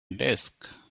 desk